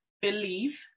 believe